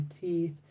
teeth